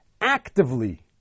actively